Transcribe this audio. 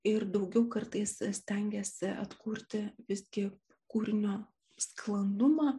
ir daugiau kartais stengiasi atkurti visgi kūrinio sklandumą